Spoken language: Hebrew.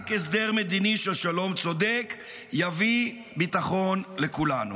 רק הסדר מדיני של שלום צודק יביא ביטחון לכולנו.